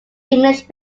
english